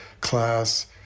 class